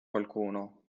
qualcuno